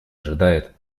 ожидает